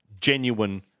genuine